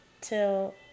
till